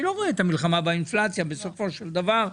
אני לא רואה את המלחמה באינפלציה, בסופו של דבר.